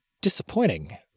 disappointing